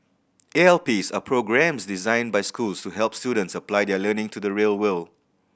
A L Ps are programmes designed by schools to help students apply their learning to the real world